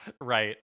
Right